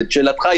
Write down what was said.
לשאלתך,